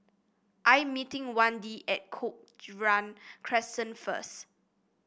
I'm meeting Wende at Cochrane Crescent first